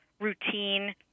routine